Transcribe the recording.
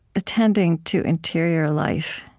attending to interior life,